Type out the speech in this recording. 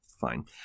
fine